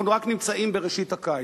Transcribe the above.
אנחנו נמצאים רק בראשית הקיץ.